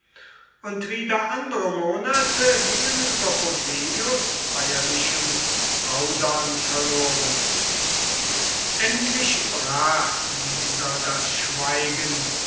und wieder andere monate gingen über pompeius feierlichem zaudern verloren endlich brach dieser das schweigen